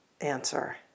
answer